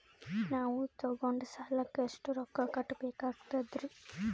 ನಾವು ತೊಗೊಂಡ ಸಾಲಕ್ಕ ಎಷ್ಟು ರೊಕ್ಕ ಕಟ್ಟಬೇಕಾಗ್ತದ್ರೀ?